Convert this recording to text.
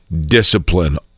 discipline